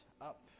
up